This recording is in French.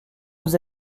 vous